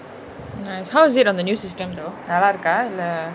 nice how is it on the new system though நல்லா இருக்கா இல்ல:nalla iruka illa